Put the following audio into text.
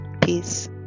Peace